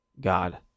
God